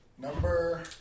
Number